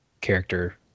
character